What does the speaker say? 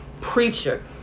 preacher